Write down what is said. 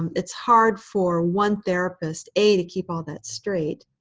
it's hard for one therapist, a, to keep all that straight,